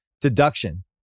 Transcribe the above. deduction